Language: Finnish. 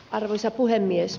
arvoisa puhemies